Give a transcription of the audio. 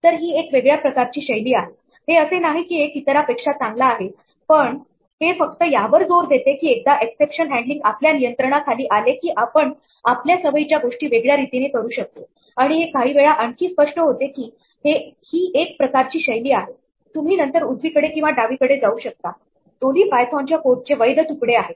तर ही एक वेगळ्या प्रकारची शैली आहे हे असे नाही की एक इतरापेक्षा चांगला आहे पण हे फक्त यावर जोर देते की एकदा एक्सेप्शन हँडलींग आपल्या नियंत्रणाखाली आले की आपण आपल्या सवयी च्या गोष्टी वेगळ्या रीतीने करू शकतो आणि हे काहीवेळा आणखी स्पष्ट होते की ही एक प्रकारची शैली आहे तुम्ही नंतर उजवीकडे किंवा डावीकडे जाऊ शकता दोन्ही पायथोन च्या कोडचे वैध तुकडे आहेत